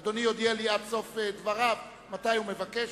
אדוני יודיע לי עד סוף דבריו מתי הוא מבקש,